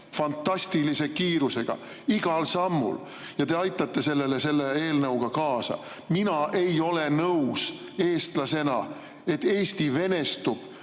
fantastilise kiirusega igal sammul. Ja te aitate sellele selle eelnõuga kaasa. Mina eestlasena ei ole nõus, et Eesti venestub